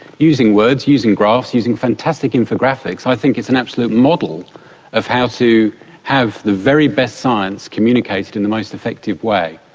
using words, using graphs, using fantastic infographics. i think it's an absolute model of how to have the very best science communicated in the most effective way.